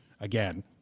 again